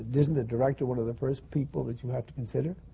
isn't a director one of the first people that you have to consider?